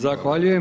Zahvaljujem.